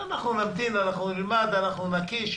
אנחנו נמתין, אנחנו נלמד, אנחנו נקיש.